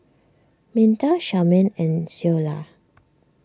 Minta Charmaine and Ceola